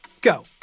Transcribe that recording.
Go